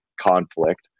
conflict